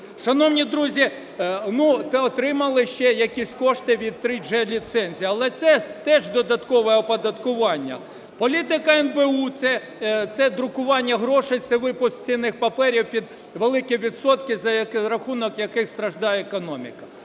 Шановні друзі, ну, отримали ще якісь кошти від 3G-ліцензії. Але це теж додаткове оподаткування. Політика НБУ – це друкування грошей, це випуск цінних паперів під великі відсотки, за рахунок яких страждає економіка.